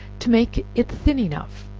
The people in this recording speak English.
to make it thin enough,